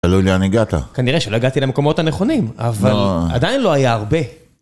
תלוי לאן הגעת. כנראה שלא הגעתי למקומות הנכונים, אבל עדיין לא היה הרבה.